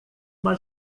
uma